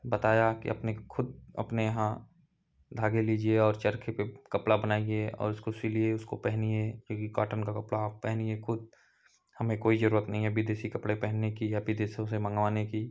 बताया कि अपने खुद अपने यहाँ धागे लीजिए और चरखे पर कपड़ा बनाइए और इसको सिलिए उसको पहेनिए क्योंकि कॉटन का कपड़ा आप पहनिए खुद हमें कोई ज़रूरत नहीं है विदेशी कपड़े पहनने की या विदेशों से मँगवाने की